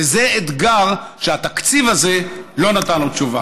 וזה אתגר שהתקציב הזה לא נתן לו תשובה.